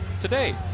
today